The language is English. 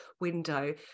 window